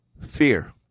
Fear